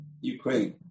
Ukraine